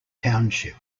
township